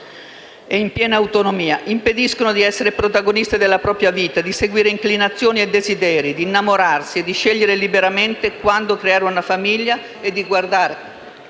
e in piena autonomia. Impediscono di essere protagoniste della propria vita, di seguire inclinazioni e desideri, di innamorarsi e di scegliere liberamente quando creare una famiglia e di guardare